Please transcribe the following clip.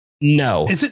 No